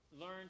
learn